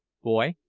boy,